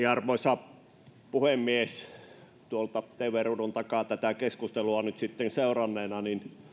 arvoisa puhemies tuolta tv ruudun takaa tätä keskustelua seuranneena